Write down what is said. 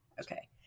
Okay